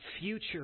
future